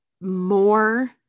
more